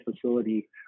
facility